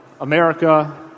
America